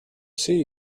see